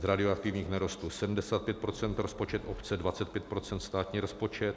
Z radioaktivních nerostů 75 % rozpočet obce, 25 % státní rozpočet.